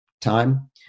time